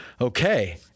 Okay